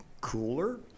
cooler